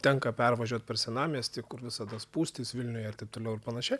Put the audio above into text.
tenka pervažiuot per senamiestį kur visada spūstys vilniuje ir taip toliau ir panašiai